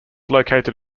located